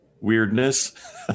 weirdness